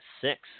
six